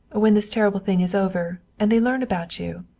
when this terrible thing is over and they learn about you!